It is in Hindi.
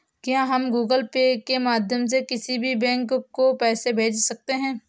क्या हम गूगल पे के माध्यम से किसी बैंक को पैसे भेज सकते हैं?